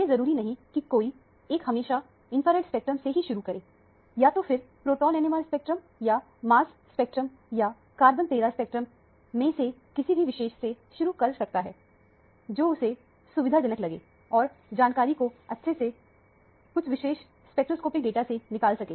यह जरूरी नहीं कि कोई एक हमेशा इंफ्रारेड स्पेक्ट्रम से ही शुरू करें एक हमेशा या तो फिर प्रोटोन NMR स्पेक्ट्रम या मास स्पेक्ट्रम या कार्बन 13 स्पेक्ट्रम में से किसी भी विषय से शुरू कर सकता है जो उसे सुविधाजनक लगे और जानकारी को अच्छे से कुछ विशेष स्पेक्ट्रोस्कोपिक डाटा से निकाल सके